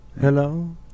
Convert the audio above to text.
Hello